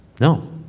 No